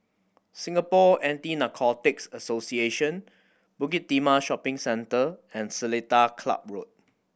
Singapore Anti Narcotics Association Bukit Timah Shopping Centre and Seletar Club Road